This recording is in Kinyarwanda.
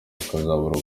ukazabura